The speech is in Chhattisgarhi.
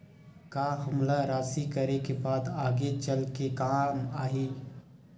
का हमला राशि करे के बाद आगे चल के काम आही?